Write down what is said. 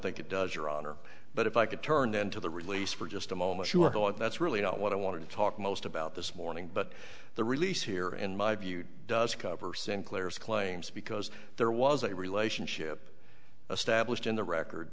think it does your honor but if i could turn then to the release for just a moment you are caught that's really not what i want to talk most about this morning but the release here in my view does cover sinclair's claims because there was a relationship established in the record